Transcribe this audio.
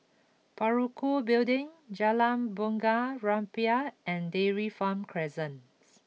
Parakou Building Jalan Bunga Rampai and Dairy Farm Crescents